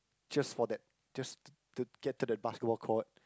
just for that just to to get to the basketball court